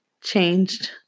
changed